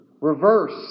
reverse